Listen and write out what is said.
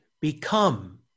become